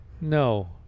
No